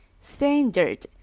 Standard